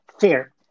Fair